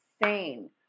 insane